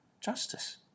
Justice